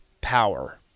Power